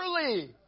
early